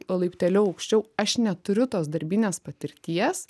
laipteliu aukščiau aš neturiu tos darbinės patirties